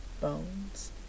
Bones